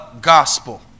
gospel